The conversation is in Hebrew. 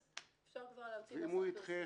אז אפשר כבר --- ואם הוא ידחה חצי,